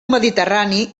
mediterrani